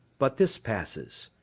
but this passes.